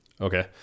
okay